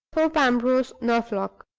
thorpe ambrose, norfolk.